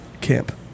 camp